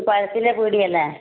ഇത് പഴത്തിൻ്റെ പീടികയല്ലേ